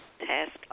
task